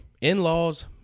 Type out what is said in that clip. in-laws